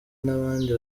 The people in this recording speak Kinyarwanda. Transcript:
n’abandi